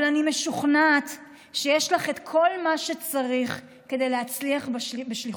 אבל אני משוכנעת שיש לך את כל מה שצריך כדי להצליח בשליחותך.